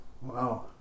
Wow